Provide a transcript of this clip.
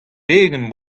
pegen